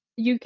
UK